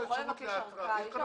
כל